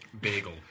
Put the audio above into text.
bagel